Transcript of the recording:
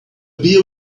beer